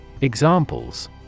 Examples